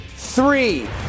three